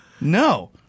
No